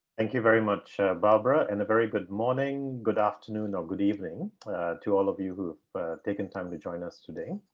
thank you very much, barbara, and a very good morning. good afternoon or ah good evening to all of you who've taken time to join us today.